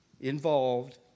involved